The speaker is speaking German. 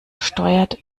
steuert